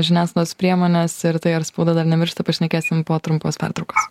žiniasklaidos priemones ir tai ar spauda dar nemiršta pašnekėsim po trumpos pertraukos